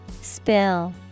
spill